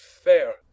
fair